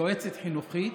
יועצת חינוכית,